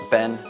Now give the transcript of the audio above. Ben